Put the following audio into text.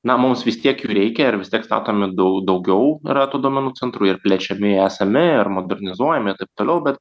na mums vis tiek jų reikia ir vis tiek statome dau daugiau yra tų duomenų centrų ir plečiami esami ar modernizuojami ir taip toliau bet